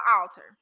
altar